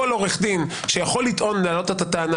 כל עורך דין שיכול להעלות את הטענה